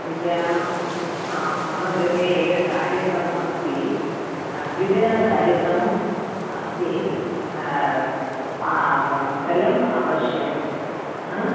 विजया मम गृहे एकं कार्यक्रमम् अस्ति द्विदिनकार्यक्रमम् अस्ति जलम् अवश्यं अ